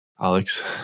Alex